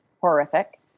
horrific